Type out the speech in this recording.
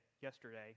yesterday